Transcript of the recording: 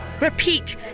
Repeat